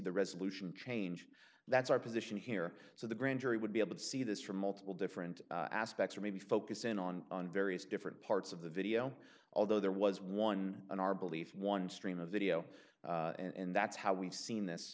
the resolution change that's our position here so the grand jury would be able to see this from multiple different aspects or maybe focus in on on various different parts of the video although there was one in our belief one stream of video and that's how we've seen this